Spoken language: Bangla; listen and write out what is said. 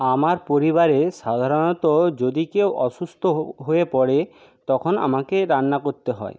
আমার পরিবারে সাধারণত যদি কেউ অসুস্থ হয়ে পড়ে তখন আমাকে রান্না করতে হয়